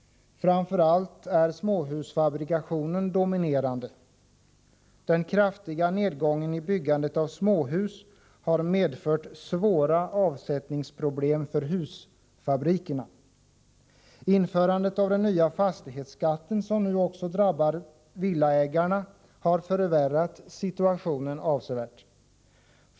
Framför allt är småhusfabrikationen dominerande. Den kraftiga nedgången i byggandet av småhus har medfört svåra avsättningsproblem för husfabrikerna. Införandet av den nya fastighetsskatten, som nu också drabbar villaägarna, har förvärrat situationen avsevärt.